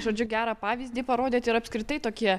žodžiu gerą pavyzdį parodėt ir apskritai tokie